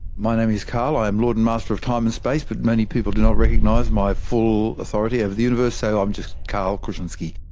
my name's karl, i am lord and master of time and space but many people do not recognise my full authority over the universe so i'm just karl kruszelnicki.